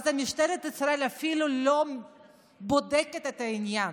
אז משטרת ישראל אפילו לא בודקת את העניין.